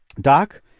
doc